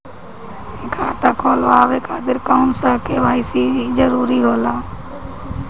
खाता खोलवाये खातिर कौन सा के.वाइ.सी जरूरी होला?